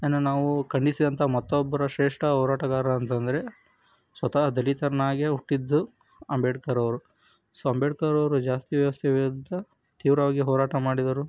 ಯನ್ನ ನಾವು ಖಂಡಿಸಿದಂಥ ಮತ್ತೊಬ್ಬರ ಶ್ರೇಷ್ಟ ಹೋರಾಟಗಾರರಂತಂದ್ರೆ ಸ್ವತಃ ದಲಿತನಾಗಿಯೇ ಹುಟ್ಟಿದ್ದು ಅಂಬೇಡ್ಕರ್ ಅವರು ಸೊ ಅಂಬೇಡ್ಕರ್ ಅವರು ಜಾಸ್ತಿ ವ್ಯವಸ್ಥೆ ವಿರುದ್ಧ ತೀವ್ರವಾಗಿ ಹೋರಾಟ ಮಾಡಿದರು